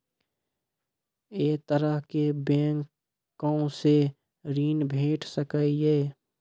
ऐ तरहक बैंकोसऽ ॠण भेट सकै ये?